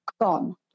gone